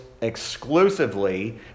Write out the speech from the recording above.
exclusively